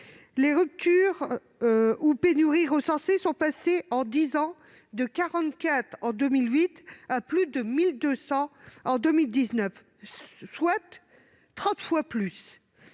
Les ruptures ou pénuries recensées sont passées de 44 en 2008 à plus de 1 200 en 2019, soit 30 fois plus